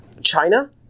China